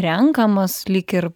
renkamas lyg ir